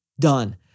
done